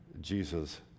Jesus